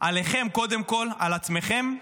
עליכם קודם כול, על עצמכם,